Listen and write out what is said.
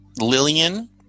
Lillian